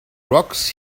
rocks